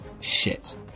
Shit